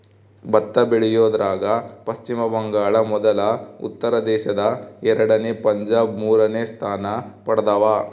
ಭತ್ತ ಬೆಳಿಯೋದ್ರಾಗ ಪಚ್ಚಿಮ ಬಂಗಾಳ ಮೊದಲ ಉತ್ತರ ಪ್ರದೇಶ ಎರಡನೇ ಪಂಜಾಬ್ ಮೂರನೇ ಸ್ಥಾನ ಪಡ್ದವ